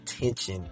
attention